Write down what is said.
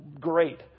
Great